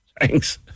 thanks